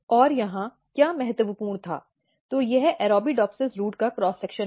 और यहाँ क्या महत्वपूर्ण था तो यह Arabidopsis रूट का क्रॉस सेक्शन है